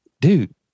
dude